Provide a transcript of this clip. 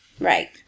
Right